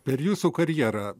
per jūsų karjera